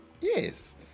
Yes